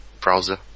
browser